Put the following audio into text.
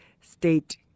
state